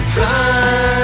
Fly